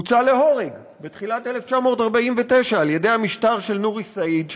הוצא להורג בתחילת שנת 1949 על ידי המשטר של נורי סעיד,